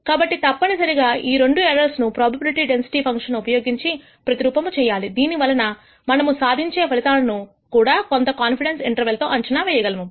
కాబట్టి తప్పనిసరిగా ఈ రెండు ఎర్రర్స్ ను ప్రాబబిలిటీ డెన్సిటీ ఫంక్షన్స్ ఉపయోగించి ప్రతి రూపము చేయాలి దీనివలన మనము సాధించే ఫలితాలను కూడా కొంత కాన్ఫిడెన్స్ ఇంటర్వెల్ తో అంచనా వేయగలము